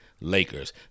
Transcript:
Lakers